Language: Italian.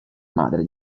madre